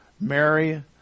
Mary